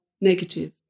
negative